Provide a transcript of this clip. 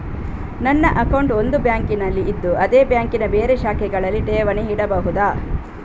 ನನ್ನ ಅಕೌಂಟ್ ಒಂದು ಬ್ಯಾಂಕಿನಲ್ಲಿ ಇದ್ದು ಅದೇ ಬ್ಯಾಂಕಿನ ಬೇರೆ ಶಾಖೆಗಳಲ್ಲಿ ಠೇವಣಿ ಇಡಬಹುದಾ?